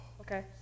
Okay